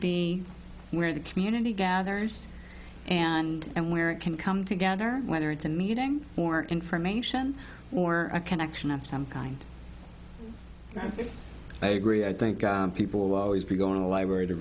be where the community gathers and and where it can come together whether it's a meeting for information or a connection of some kind i agree i think people will always be going to library to